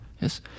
Yes